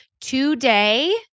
today